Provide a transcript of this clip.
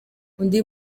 undi